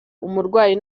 umurwayi